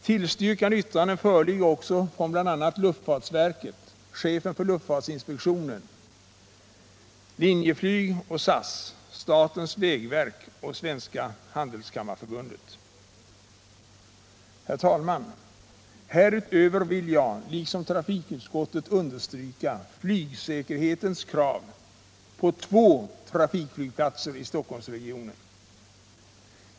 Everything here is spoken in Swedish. Tillstyrkande yttranden föreligger också från bl.a. luftfartsverket, chefen för luftfartsinspektionen, Linjeflyg och SAS, statens vägverk och Svenska handelskammarförbundet. Herr talman! Härutöver vill jag liksom trafikutskottet understryka flygsäkerhetens krav på två trafikflygplatser i Stockholmsregionen.